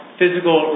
physical